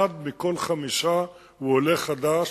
אחד מכל חמישה הוא עולה חדש,